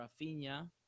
Rafinha